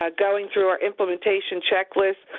ah going through our implementation checklist,